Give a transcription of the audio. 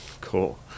Cool